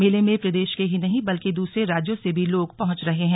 मेले में प्रदेश के ही नहीं बल्कि दूसरे राज्यों से भी लोग पहुंच रहे हैं